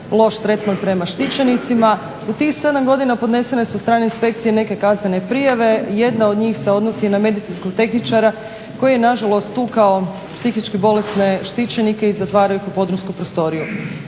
loš tretman prema štićenicima. U tih 7 godina podnesene su od strane inspekcije neke kaznene prijave. Jedna od njih se odnosi i na medicinskog tehničara koji je nažalost tukao psihički bolesne štićenike i zatvarao ih u podrumsku prostoriju.